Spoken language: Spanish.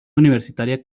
universitaria